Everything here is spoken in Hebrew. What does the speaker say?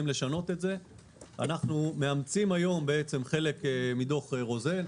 אנחנו מאמצים היום חלק מדוח רוזן.